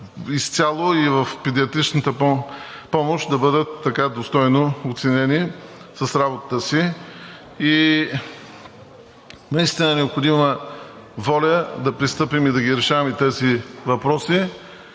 изцяло и в педиатричната помощ, да бъдат така достойно оценени с работата си. Наистина е необходима воля да пристъпим и да ги решаваме тези въпроси.